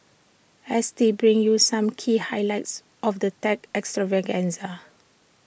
S T brings you some key highlights of the tech extravaganza